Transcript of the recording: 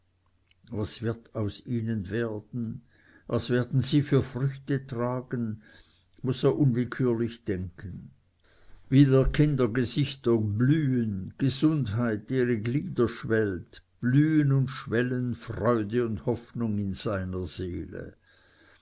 was wird aus ihnen werden was werden sie für früchte tragen muß er unwillkürlich denken wie der kinder gesichter blühen gesundheit ihre glieder schwellt blühen und schwellen freude und hoffnung in seiner seele